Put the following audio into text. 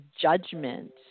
judgment